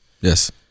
yes